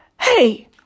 hey